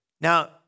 Now